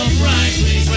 brightly